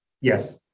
Yes